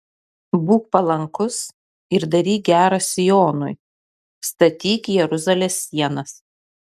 būk palankus ir daryk gera sionui statyk jeruzalės sienas